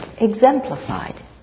Exemplified